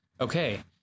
Okay